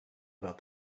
about